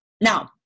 Now